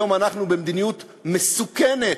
היום אנחנו במדיניות מסוכנת,